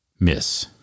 miss